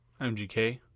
MGK